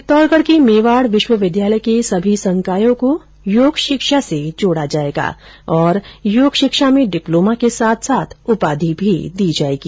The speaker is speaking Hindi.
चित्तौड़गढ़ के मेवाड़ विश्वविद्यालय के सभी संकायों को योग शिक्षा से जोड़ा जायेगा और योग शिक्षा में डिप्लोमा के साथ साथ उपाधि भी दी जाएगी